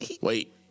Wait